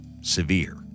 severe